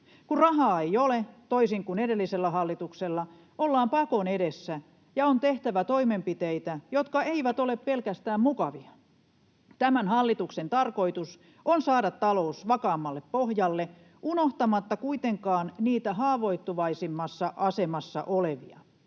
Kun rahaa ei ole, toisin kuin edellisellä hallituksella, ollaan pakon edessä ja on tehtävä toimenpiteitä, jotka eivät ole pelkästään mukavia. Tämän hallituksen tarkoitus on saada talous vakaammalle pohjalle unohtamatta kuitenkaan niitä haavoittuvaisimmassa asemassa olevia.